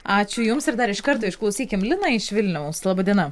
ačiū jums ir dar iš karto išklausykim liną iš vilniaus laba diena